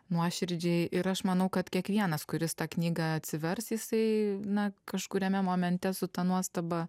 nuoširdžiai ir aš manau kad kiekvienas kuris tą knygą atsivers jisai na kažkuriame momente su ta nuostaba